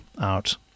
out